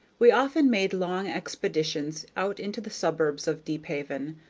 we often made long expeditions out into the suburbs of deephaven,